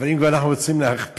אבל אם כבר אנחנו רוצים להכפיל,